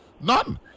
None